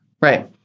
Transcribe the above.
right